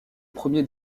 premier